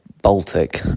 baltic